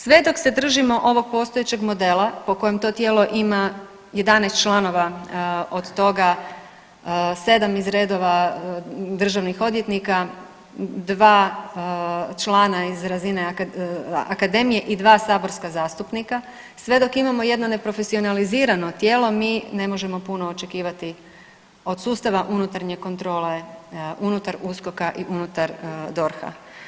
Sve dok se držimo ovog postojećeg modela po kojem to tijelo ima 11 članova od toga 7 iz redova državnih odvjetnika, 2 člana iz razine akademije i 2 saborska zastupnika, sve dok imamo jedno ne profesionalizirano tijelo mi ne možemo puno očekivati od sustava unutarnje kontrole unutar USKOK-a i unutar DORH-a.